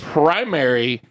primary